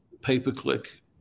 pay-per-click